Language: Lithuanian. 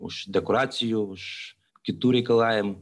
už dekoracijų už kitų reikalavimų